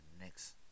next